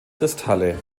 kristalle